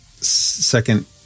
second